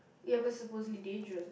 ya because suppose to be dangerous